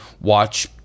watch